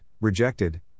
rejected